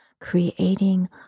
creating